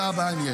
מה הבסיס החוקי?